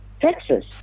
Texas